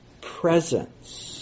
presence